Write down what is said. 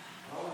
זה.